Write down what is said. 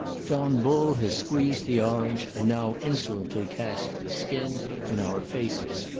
john bull has squeezed the orange, and now insolently casts the skin in our faces.